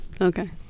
Okay